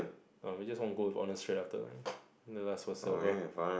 um we just won gold with honour straight after and the last was silver